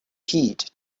heed